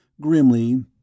Grimly